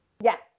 Yes